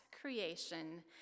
creation